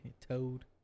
Toad